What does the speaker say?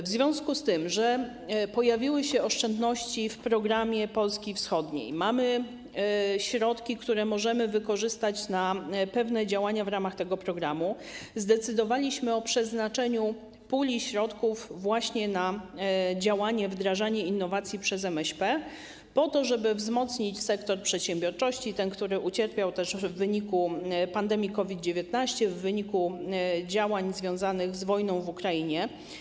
W związku z tym, że pojawiły się oszczędności w programie ˝Polska Wschodnia˝ i mamy środki, które możemy wykorzystać na pewne działania w ramach tego programu, zdecydowaliśmy o przeznaczeniu puli środków właśnie na te działania, na wdrażanie innowacji przez MŚP, po to żeby wzmocnić ten sektor przedsiębiorczości, który ucierpiał w wyniku pandemii COVID-19 i w wyniku działań związanych z wojną w Ukrainie.